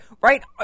right